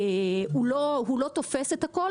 שלא תופס את הכל.